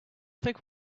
think